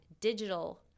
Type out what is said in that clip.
digital